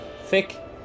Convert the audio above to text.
thick